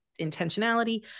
intentionality